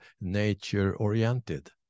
nature-oriented